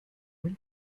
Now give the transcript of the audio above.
were